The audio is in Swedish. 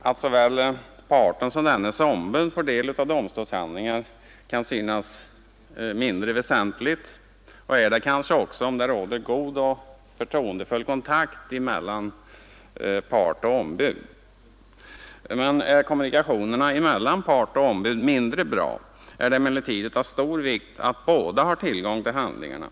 Herr talman! Att såväl parten som hans ombud får del av domstolshandlingar kan synas mindre väsentligt och är det kanske också, om det råder god och förtroendefull kontakt mellan part och ombud. Men är kommunikationerna mellan dem mindre bra är det av stor vikt att båda har tillgång till handlingarna.